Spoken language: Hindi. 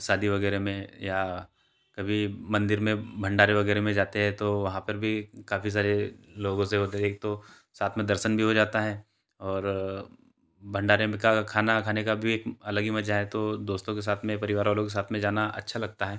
सादी वगैरह में या कभी मंदिर में भंडारे वगैरह में जाते है तो वहाँ पर भी काफ़ी सारे लोगों से होता है एक तो साथ में दर्शन भी हो जाता है और भंडारे में का खाना खाने का भी एक अलग ही मज़ा है तो दोस्तों के साथ में परिवार वालों के साथ में जाना अच्छा लगता है